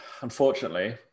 Unfortunately